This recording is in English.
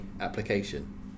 application